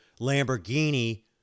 Lamborghini